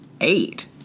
eight